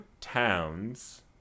towns